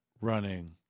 running